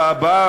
בהבעה,